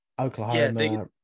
Oklahoma